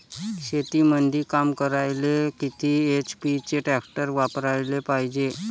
शेतीमंदी काम करायले किती एच.पी चे ट्रॅक्टर वापरायले पायजे?